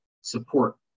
support